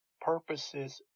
purposes